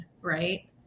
right